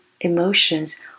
emotions